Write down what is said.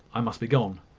i must be gone.